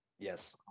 Yes